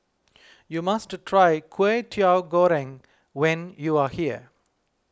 you must try Kway Teow Goreng when you are here